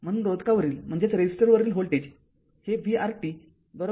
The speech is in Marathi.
म्हणून रोधकावरील व्होल्टेज हे vR t i R आहे